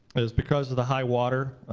is because of the high water,